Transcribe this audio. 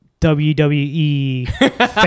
WWE